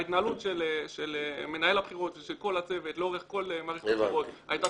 ההתנהלות של מנהל הבחירות ושל כל הצוות לאורך כל מערכת הבחירות הייתה